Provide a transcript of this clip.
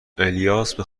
الیاس، به